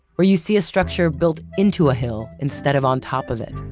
or you see a structure built into a hill instead of on top of it,